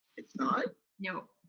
it's not? no.